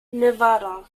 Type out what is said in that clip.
nevada